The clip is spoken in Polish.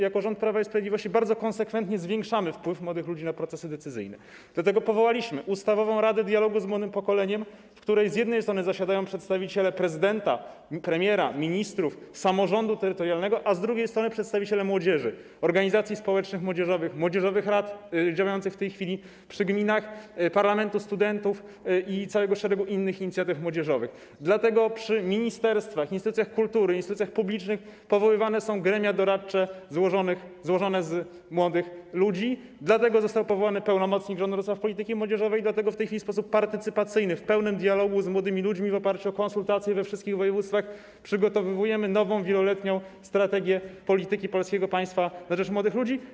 Jako rząd Prawa i Sprawiedliwości bardzo konsekwentnie zwiększamy wpływ młodych ludzi na procesy decyzyjne, dlatego powołaliśmy ustawową Radę Dialogu z Młodym Pokoleniem, w której z jednej strony zasiadają przedstawiciele prezydenta, premiera, ministrów, samorządu terytorialnego, a z drugiej strony przedstawiciele młodzieży, młodzieżowych organizacji społecznych, młodzieżowych rad działających w tej chwili przy gminach, Parlamentu Studentów RP i całego szeregu innych inicjatyw młodzieżowych, dlatego przy ministerstwach, instytucjach kultury, instytucjach publicznych powoływane są gremia doradcze złożone z młodych ludzi, dlatego został powołany pełnomocnik rządu do spraw polityki młodzieżowej i dlatego w tej chwili w sposób partycypacyjny, w pełnym dialogu z młodymi ludźmi, w oparciu o konsultacje we wszystkich województwach przygotowujemy nową wieloletnią strategię polityki polskiego państwa na rzecz młodych ludzi.